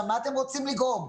למה אתם רוצים לגרום?